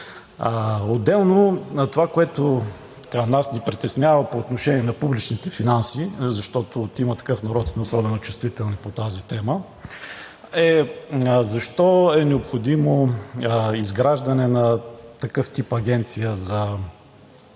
Отделно, това, което нас ни притеснява по отношение на публичните финанси, защото от „Има такъв народ“ сме особено чувствителни по тази тема, е: защо е необходимо изграждането на такъв тип агенция за